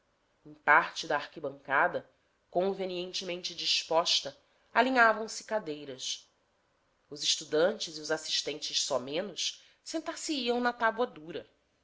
em parte da arquibancada convenientemente disposta alinhavam se cadeiras os estudantes e os assistentes somenos sentar se iam na tábua dura